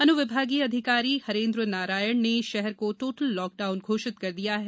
अनुविभागीय अधिकारी हरेन्द्र नारायण ने शहर को टोटल लॉकडाउन घोषित कर दिया है